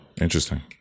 Interesting